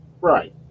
Right